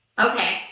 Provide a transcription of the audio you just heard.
okay